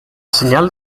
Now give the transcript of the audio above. señal